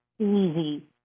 easy